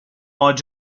سال